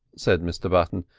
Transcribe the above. said mr button.